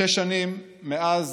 שש שנים מאז